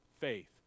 Faith